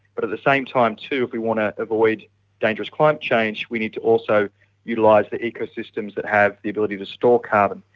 but at the same time too if we want to avoid dangerous climate change we need to also utilise like the ecosystems that have the ability to store carbon.